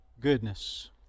goodness